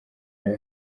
yari